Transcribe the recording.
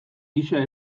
gisa